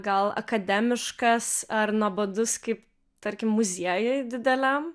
gal akademiškas ar nuobodus kaip tarkim muziejui dideliam